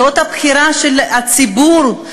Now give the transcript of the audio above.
זאת הבחירה של הציבור,